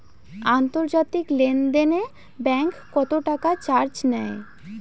আন্তর্জাতিক লেনদেনে ব্যাংক কত টাকা চার্জ নেয়?